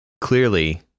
clearly